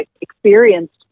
experienced